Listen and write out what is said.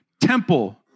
temple